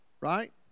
Right